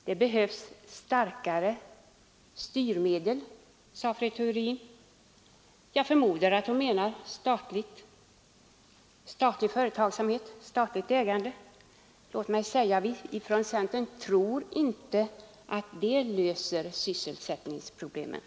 Det behövs starkare styrmedel, sade fru Theorin. Jag förmodar att hon menar statlig företagsamhet, statligt ägande. Vi i centern tror inte att det löser sysselsättningsproblemet.